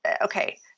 okay